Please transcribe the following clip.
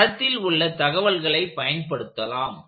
படத்தில் உள்ள தகவல்களை பயன்படுத்தலாம்